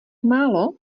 málo